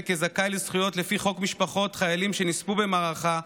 כזכאי לזכויות לפי חוק משפחות לחיילים שנספו במערכה,